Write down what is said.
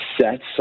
Sets